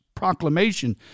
Proclamation